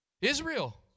Israel